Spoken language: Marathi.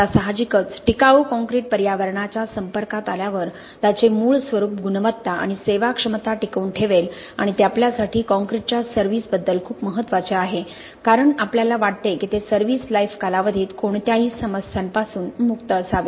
आता साहजिकच टिकाऊ काँक्रीट पर्यावरणाच्या संपर्कात आल्यावर त्याचे मूळ स्वरूप गुणवत्ता आणि सेवाक्षमता टिकवून ठेवेल आणि ते आपल्यासाठी काँक्रीटच्या सर्विस बद्दल खूप महत्त्वाचे आहे कारण आपल्याला वाटते की ते सर्विस लाइफ कालावधीत कोणत्याही समस्यांपासून मुक्त असावे